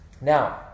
Now